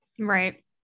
Right